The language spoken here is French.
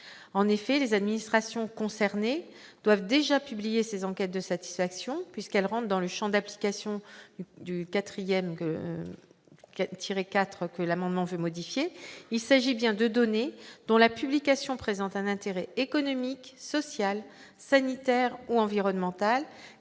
En effet, les administrations concernées doivent déjà publier ces enquêtes de satisfaction, puisqu'elles rentrent dans le champ d'application du 4° de l'article L. 312-1-1, que l'amendement veut modifier. En effet, il s'agit bien de données « dont la publication présente un intérêt économique, social, sanitaire ou environnemental